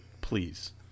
please